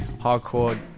hardcore